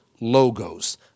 Logos